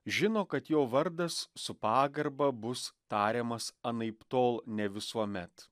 žino kad jo vardas su pagarba bus tariamas anaiptol ne visuomet